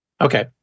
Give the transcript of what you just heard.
Okay